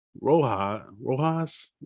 Rojas